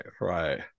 right